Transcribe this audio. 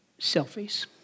selfies